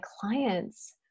clients